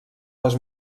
les